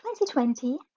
2020